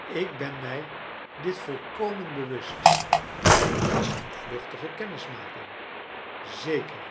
ik ben mij dit volkomen bewust het was een vluchtige kennismaking zeker